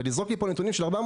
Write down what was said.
לזרוק לי פה נתונים של 400